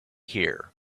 here